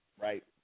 right